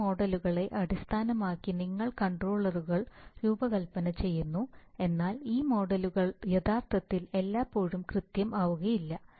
ചില മോഡലുകളെ അടിസ്ഥാനമാക്കി നിങ്ങൾ കൺട്രോളറുകൾ രൂപകൽപ്പന ചെയ്യുന്നു എന്നാൽ ഈ മോഡലുകൾ യഥാർത്ഥത്തിൽ എല്ലായ്പ്പോഴും കൃത്യം ആവുകയില്ല